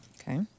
Okay